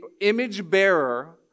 image-bearer